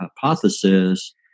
hypothesis